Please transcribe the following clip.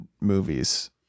movies